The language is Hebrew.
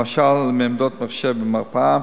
למשל מעמדות מחשב במרפאה,